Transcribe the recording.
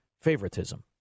favoritism